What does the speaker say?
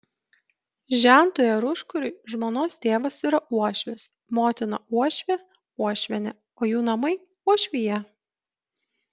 žentui ar užkuriui žmonos tėvas yra uošvis motina uošvė uošvienė o jų namai uošvija